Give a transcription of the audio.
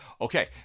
Okay